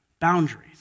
boundaries